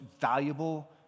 valuable